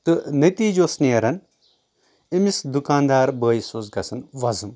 تہٕ نٔتیٖجہِ اوس نیران أمِس دُکاندار بٲیِس اوس گژھان وۄضُم